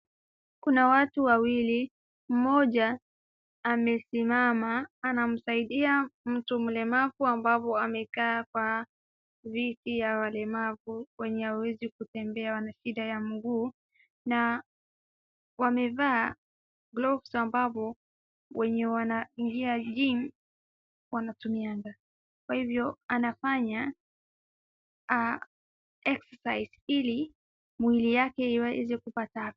Kuna watu wawili mmoja amesimama anamsaidia mtu mlemavu ambaye amekaa kwa viti ya walemavu, wenye hawawezi kutembea wana shida ya mguu na wamevaa glovu ambazo, wenye wanaingia gym , wanatumianga. Kwa hivyo anafanya exercise ili mwili yake iweze kupata....